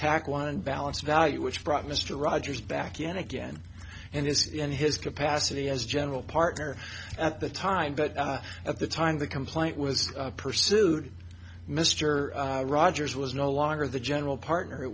tac one balance value which brought mr rogers back in again and his in his capacity as general partner at the time but at the time the complaint was pursued mr rogers was no longer the general partner